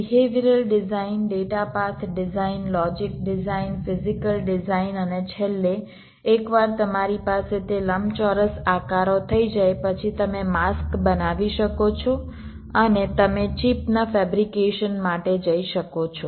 behavioural design data path design logic design physical design અને છેલ્લે એકવાર તમારી પાસે તે લંબચોરસ આકારો થઈ જાય પછી તમે માસ્ક બનાવી શકો છો અને તમે ચિપના ફેબ્રિકેશન માટે જઈ શકો છો